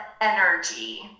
energy